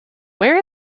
where